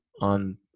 on